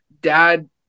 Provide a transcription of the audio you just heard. dad